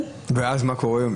ואז מה קורה?